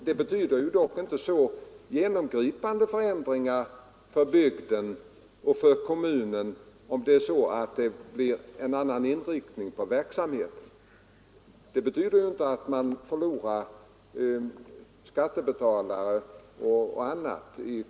Det betyder dock inte genomgripande förändringar för bygden om det blir en annan inriktning på verksamheten; det medför ju inte att kommunen förlorar skattebetalare och annat.